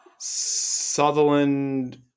Sutherland